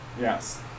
Yes